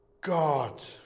God